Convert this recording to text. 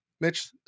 Mitch